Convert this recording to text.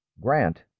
Grant